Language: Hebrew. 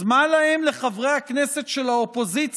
אז מה להם, לחברי הכנסת של האופוזיציה,